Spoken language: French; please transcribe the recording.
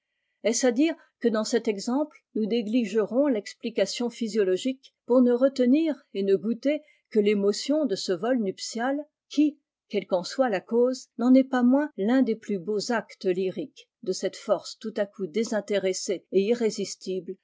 est-ce à dire que dans cet exemple nous négligerons l'explication physiologique pour ne retenir et ne goûter que l'émotion de ce vol nuptial qui quelle qu'en soit la cause n'en est pas moins l'un des plus beaux actes lyriques de cette force tout à coup désintéressée et